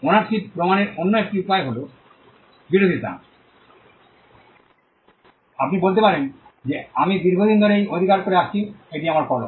ownership প্রমাণের অন্য উপায়টি হল বিরোধিতা আপনি বলতে পারেন যে আমি দীর্ঘদিন ধরে এটি অধিকার করে আসছি এটি আমার কলম